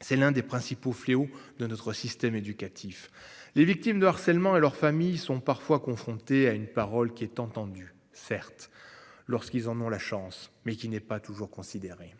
C'est l'un des principaux fléaux de notre système éducatif. Les victimes de harcèlement et leurs familles sont parfois confrontés à une parole qui est entendu, certes. Lorsqu'ils en ont la chance mais qui n'est pas toujours considéré,